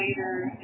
Later